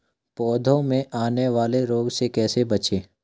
पौधों में आने वाले रोग से कैसे बचें?